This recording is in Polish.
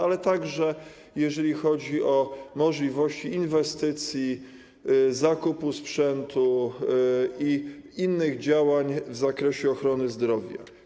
Ale także chodzi o możliwości inwestycji, zakupu sprzętu i inne działania w zakresie ochrony zdrowia.